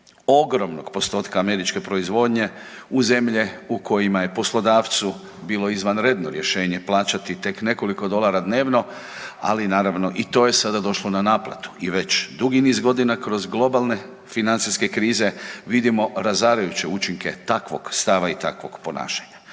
ogromnog postotka američke proizvodnje u zemlje u kojima je poslodavcu bilo izvanredno rješenje plaćati tek nekoliko dolara dnevno, ali naravno i to je sada došlo na naplatu i već dugi niz godina kroz globalne financijske krize vidimo razarajuće učinke takvog stava i takvog ponašanja.